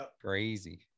Crazy